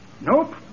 Nope